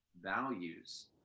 values